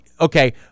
okay